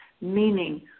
meaning